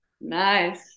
Nice